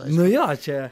nu jo čia